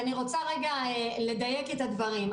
אני רוצה לדייק את הדברים.